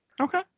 Okay